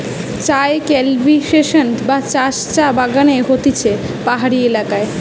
চায় কাল্টিভেশন বা চাষ চা বাগানে হতিছে পাহাড়ি এলাকায়